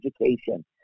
education